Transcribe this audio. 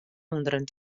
ûnderen